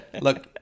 look